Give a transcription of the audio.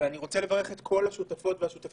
ואני רוצה לברך את כל השותפות והשותפים